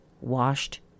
washed